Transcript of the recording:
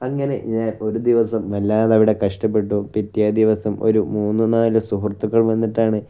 അങ്ങനെ ഞാൻ ഒരു ദിവസം വല്ലാതെ അവിടെ കഷ്ടപ്പെട്ടു പിറ്റേ ദിവസം ഒരു മൂന്ന് നാല് സുഹൃത്തുക്കൾ വന്നിട്ടാണ്